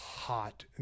hot